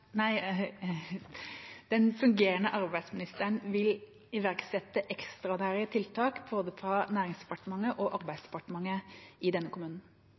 nei, den fungerende arbeidsministeren – vil iverksette ekstraordinære tiltak både fra Næringsdepartementet og fra Arbeidsdepartementet i denne kommunen?